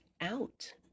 out